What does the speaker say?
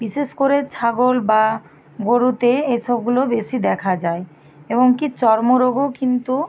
বিশেষ করে ছাগল বা গরুতে এসবগুলো বেশি দেখা যায় এমনকি চর্মরোগও কিন্তু